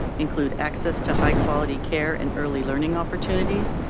include access to high quality care and early learning opportunities,